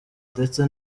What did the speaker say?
ndetse